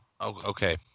Okay